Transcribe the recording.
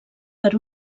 per